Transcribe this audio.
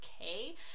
okay